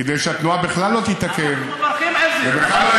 כדי שהתנועה בכלל לא תתעכב, אנחנו מברכים על זה,